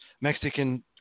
Mexican